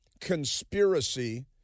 conspiracy